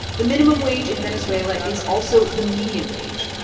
the minimum wage in venezuela is also the median wage.